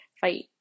fight